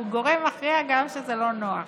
זה גורם מכריע גם כשהוא לא נוח.